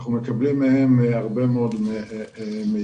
אנחנו מקבלים מהם הרבה מאוד מידע.